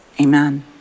amen